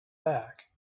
back